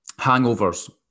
Hangovers